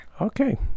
Okay